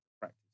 practice